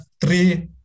three